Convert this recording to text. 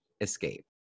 escape